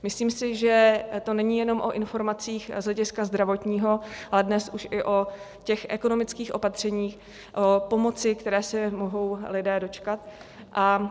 Myslím si, že to není jenom o informacích z hlediska zdravotního, ale dnes už i o ekonomických opatřeních pomoci, které se mohou lidé dočkat.